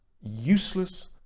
useless